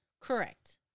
Correct